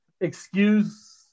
excuse